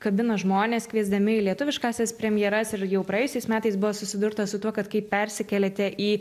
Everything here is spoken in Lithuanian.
kabina žmones kviesdami į lietuviškąsias premjeras ir jau praėjusiais metais buvo susidurta su tuo kad kai persikėlėte į